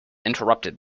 interrupted